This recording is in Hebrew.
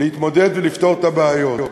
להתמודד ולפתור את הבעיות.